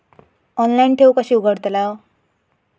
Online ठेव कशी उघडतलाव?